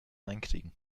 einkriegen